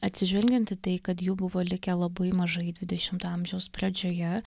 atsižvelgiant į tai kad jų buvo likę labai mažai dvidešimto amžiaus pradžioje